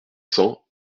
cents